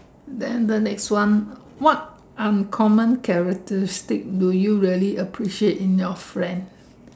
then the next one what uncommon characteristic do you really appreciate in your friend